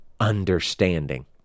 understanding